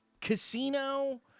Casino